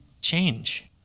change